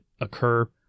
occur